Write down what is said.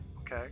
okay